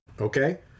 okay